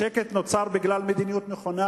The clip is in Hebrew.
השקט נוצר בגלל מדיניות נכונה